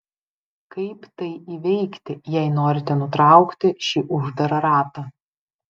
kaip tai įveikti jei norite nutraukti šį uždarą ratą